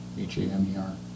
H-A-M-E-R